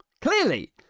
clearly